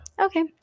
Okay